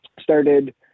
started